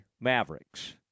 Mavericks